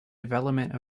development